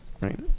Right